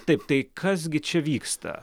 taip tai kas gi čia vyksta